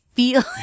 feel